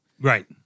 Right